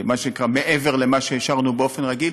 מה שנקרא, מעבר למה שאישרנו באופן רגיל.